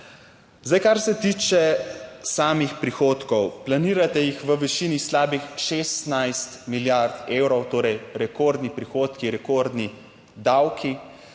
Zdaj, kar se tiče samih prihodkov, planirate jih v višini slabih 16 milijard evrov, torej rekordni prihodki - rekordni davki.